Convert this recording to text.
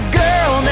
girl